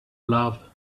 love